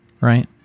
right